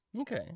Okay